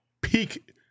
peak